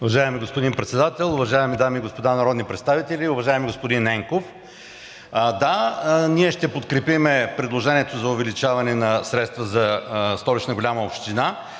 Уважаеми господин Председател, уважаеми дами и господа народни представители! Уважаеми господин Ненков, да, ние ще подкрепим предложението за увеличаване на средствата за Столична голяма община,